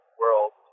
world